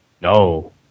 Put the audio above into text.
No